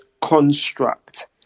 construct